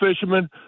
fishermen